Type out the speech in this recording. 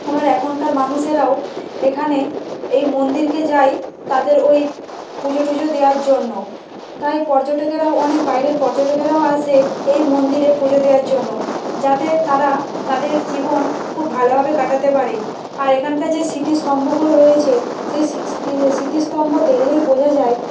আবার এখনকার মানুষেরাও এখানে এই মন্দিরকে যায় তাদের ওই পুজো টুজো দেওয়ার জন্য তাই পর্যটকেরাও অনেক বাইরের পর্যটকেরাও আসে এই মন্দিরে পুজো দেওয়ার জন্য যাতে তারা তাদের জীবন খুব ভালোভাবে কাটাতে পারে আর এখানকার যে স্মৃতিস্তম্ভগুলো রয়েছে সেই স্মৃতিস্তম্ভ দেখলেই বোঝা যায়